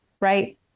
right